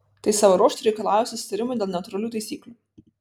tai savo ruožtu reikalauja susitarimo dėl neutralių taisyklių